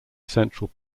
central